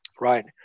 Right